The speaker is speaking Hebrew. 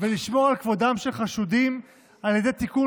ולשמור על כבודם של חשודים על ידי תיקון